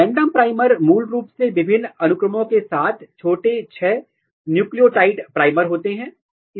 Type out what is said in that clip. random primer मूल रूप से विभिन्न अनुक्रमों के साथ छोटे छह न्यूक्लियोटाइड प्राइमर होते हैं